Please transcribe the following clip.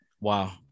wow